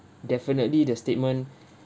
definitely the statement